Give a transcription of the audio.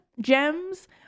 gems